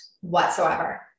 whatsoever